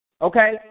Okay